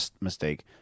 mistake